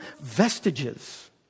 vestiges